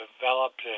developed